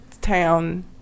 town